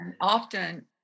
Often